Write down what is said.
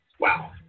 Wow